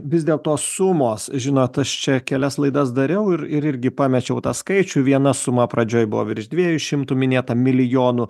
vis dėl to sumos žinot aš čia kelias laidas dariau ir ir irgi pamečiau tą skaičių viena suma pradžioj buvo virš dviejų šimtų minėta milijonų